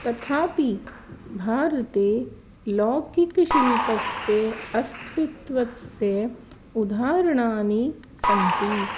तथापि भारते लौकिकशिल्पस्य अस्तित्वस्य उदाहरणानि सन्ति